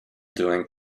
doing